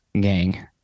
gang